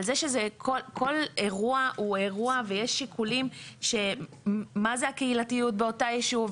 על זה שכל אירוע הוא אירוע ויש שיקולים של מה זה הקהילתיות באותו יישוב,